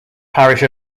parish